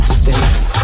states